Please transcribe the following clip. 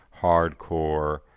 hardcore